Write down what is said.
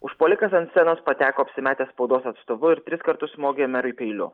užpuolikas ant scenos pateko apsimetęs spaudos atstovu ir tris kartus smogė merui peiliu